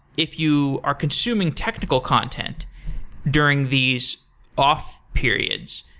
if you are consuming technical content during these off periods,